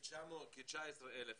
כ-19,000 אנשים,